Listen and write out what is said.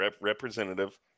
representative